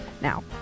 Now